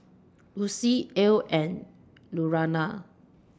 Lucie Ell and Lurana